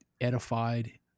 edified